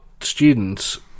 students